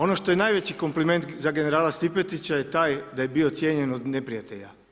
Ono što je najveći kompliment za generala Stipetića je taj da je bio cijenjen od neprijatelja.